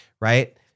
right